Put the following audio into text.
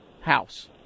house